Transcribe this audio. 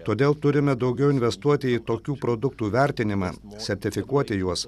todėl turime daugiau investuoti į tokių produktų vertinimą sertifikuoti juos